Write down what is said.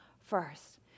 first